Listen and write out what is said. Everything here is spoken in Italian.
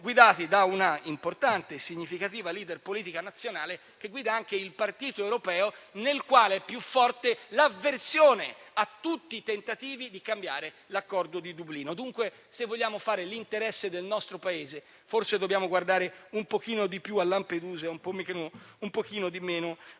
guidati da una importante e significativa *leader* politica nazionale che guida anche il partito europeo nel quale è più forte l'avversione a tutti i tentativi di cambiare l'accordo di Dublino. Dunque se vogliamo fare l'interesse del nostro Paese, forse dobbiamo guardare un pochino di più a Lampedusa e un po' meno